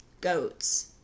goats